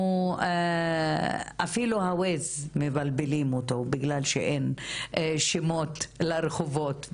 אנחנו אפילו ה-WAZE מבלבלים אותו בגלל שאין שמות לרחובות אצלנו.